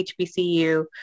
HBCU